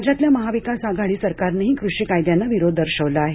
राज्यातल्या महाविकास आघाडी सरकारनही कृषी कायद्यांना विरोध दर्शवला आहे